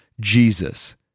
Jesus